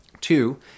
Two